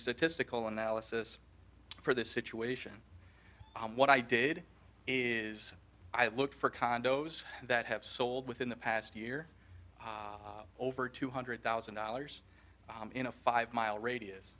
statistical analysis for this situation what i did is i look for condos that have sold within the past year over two hundred thousand dollars in a five mile radius